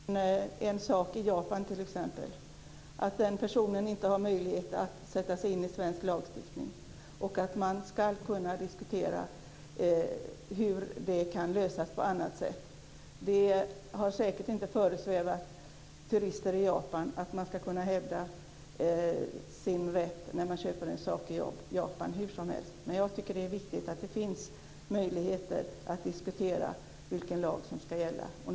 Fru talman! Jag kan tänka mig att en person som köper en sak i Japan t.ex. inte har möjlighet att sätta sig in i svensk lagstiftning. Det ska kunna gå att diskutera en lösning på annat sätt. Det har säkert inte föresvävat turister i Japan att de ska kunna hävda sin rätt hur som helst när de köper en sak i Japan. Jag tycker att det är viktigt att det finns möjligheter att diskutera vilken lag som ska gälla.